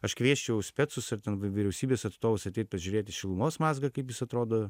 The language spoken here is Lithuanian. aš kviesčiau specus ar ten vyriausybės atstovus ateit prižiūrėti šilumos mazgą kaip jis atrodo